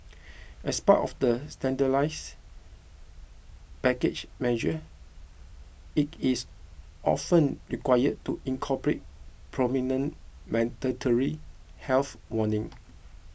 as part of the standardised package measure it is often required to incorporate prominent mandatory health warning